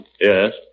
Yes